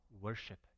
worship